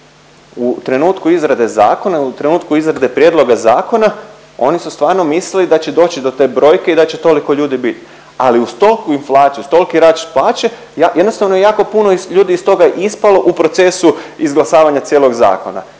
U trenutku izrade zakona, u trenutku izrade prijedloga zakona oni su stvarno mislili da će doći do te brojke i da će toliko ljudi bit, ali uz tolku inflaciju, uz tolki rast plaće jednostavno je jako puno ljudi iz toga ispalo u procesu izglasavanja cijelog zakona